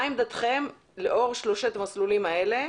מה עמדתכם לאור שלושת המסלולים האלה,